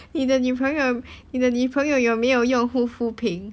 你的女朋友你的女朋友有没有用护肤品